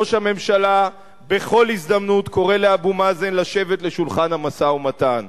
ראש הממשלה בכל הזדמנות קורא לאבו מאזן לשבת לשולחן המשא-ומתן.